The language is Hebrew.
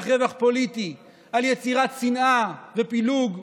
רווח פוליטי על יצירת שנאה ופילוג,